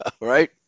right